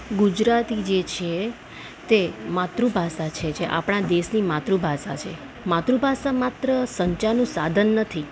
ગુજરાતી જે છે તે માતૃભાષા છે જે આપણા દેશની માતૃભાષા છે માતૃભાષા માત્ર સંચાનું સાધન નથી